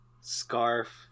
Scarf